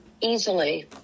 Easily